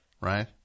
Right